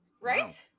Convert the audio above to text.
Right